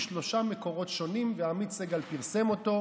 שלושה מקורות שונים ועמית סגל פרסם אותו.